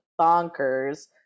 bonkers